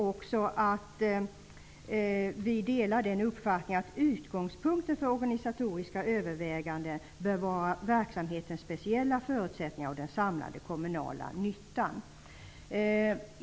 Utskottet delar den uppfattningen att utgångspunkten för organisatoriska överväganden bör vara verksamhetens speciella förutsättningar och den samlade kommunala nyttan.